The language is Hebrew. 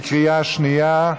בקריאה שנייה?